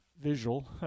visual